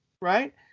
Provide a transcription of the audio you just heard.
right